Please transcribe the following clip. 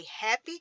happy